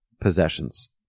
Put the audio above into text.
possessions